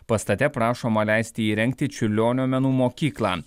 pastate prašoma leisti įrengti čiurlionio menų mokyklą